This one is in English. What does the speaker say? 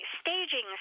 staging